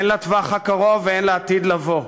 הן לטווח הקרוב והן לעתיד לבוא.